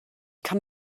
kann